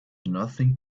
nothing